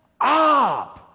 up